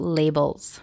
labels